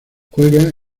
juega